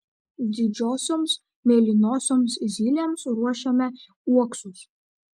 didžiosioms mėlynosioms zylėms ruošiame uoksus